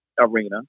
arena